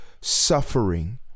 suffering